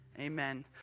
Amen